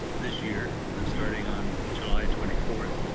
this year starting on july twenty fourth.